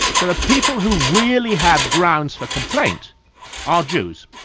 so the people who really have grounds for complaint are jews.